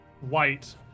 white